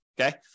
okay